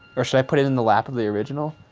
or should i put it in the lap of the original?